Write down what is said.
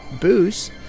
booze